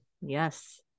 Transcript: Yes